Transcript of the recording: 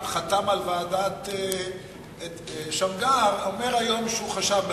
שחתם על ועדת-שמגר, אומר היום שהוא חשב מחדש.